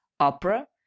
opera